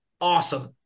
Awesome